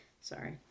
Sorry